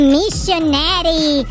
missionary